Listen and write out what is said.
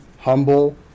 humble